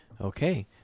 Okay